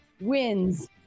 wins